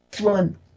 one